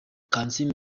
kansiime